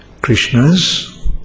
Krishna's